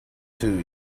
two